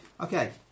Okay